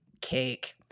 cake